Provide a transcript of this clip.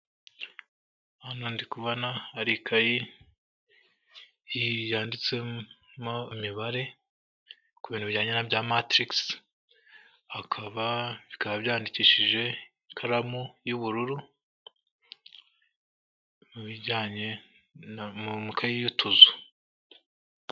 Hano ndi kubona hari ikayi yanditsemo imibare ku bintu bijyanye bya matirikisi. Hakaba bikaba byandikishije ikaramu y'ubururu mu bijyanye na mu makayi y'utuzu.